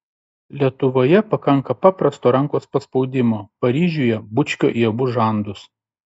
lietuvoje pakanka paprasto rankos paspaudimo paryžiuje bučkio į abu žandus